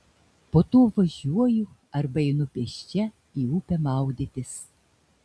po to važiuoju arba einu pėsčia į upę maudytis